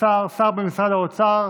השר במשרד האוצר